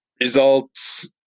results